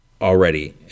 already